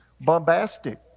bombastic